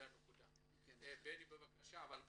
בני בבקשה אבל בקיצור.